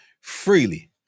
freely